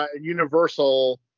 universal